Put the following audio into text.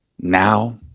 now